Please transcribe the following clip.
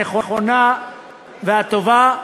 הנכונה והטובה.